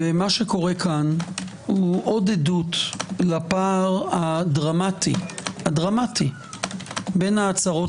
מה שקורה פה הוא עוד עדות לפער הדרמטי בין ההצהרות